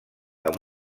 amb